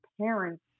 parents